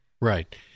Right